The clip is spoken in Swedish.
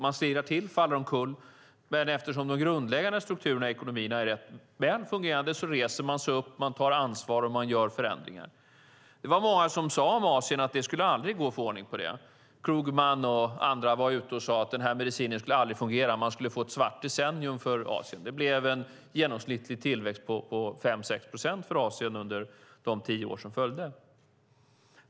Man slirar till och faller omkull, men eftersom de grundläggande strukturerna i ekonomin är rätt välfungerande reser man sig upp, tar ansvar och gör förändringar. Det var många som sade om Asien att det aldrig skulle gå att få ordning på det. Krugman och andra var ute och sade att den tänkta medicinen aldrig skulle fungera, man skulle få ett svart decennium för Asien. Det blev en genomsnittlig tillväxt på 5-6 procent i Asien under de tio år som följde.